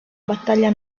battaglia